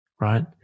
right